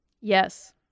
Yes